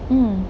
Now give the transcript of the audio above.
hmm